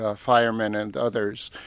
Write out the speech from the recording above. ah firemen and others,